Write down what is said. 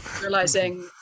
Realizing